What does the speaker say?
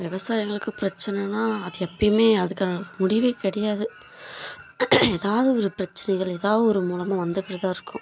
விவசாயிகளுக்கு பிரச்சனைன்னா அது எப்போயுமே அதுக்கான முடிவே கிடையாது ஏதாவது ஒரு பிரச்சினைகள் ஏதாவது ஒரு மூலமாக வந்துகிட்டுதான் இருக்கும்